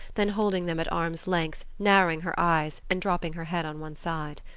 then holding them at arm's length, narrowing her eyes, and dropping her head on one side.